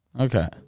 Okay